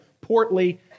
portly